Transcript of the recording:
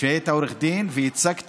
היית עורך דין וייצגת,